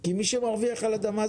כי המדינה היא זו שמרוויחה על האדמה.